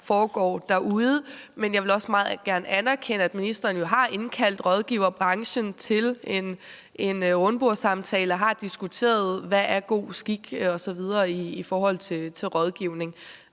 der foregår derude. Men jeg vil også meget gerne anerkende, at ministeren jo har indkaldt rådgiverbranchen til en rundbordssamtale og har diskuteret, hvad god skik osv. er i forhold til rådgivning.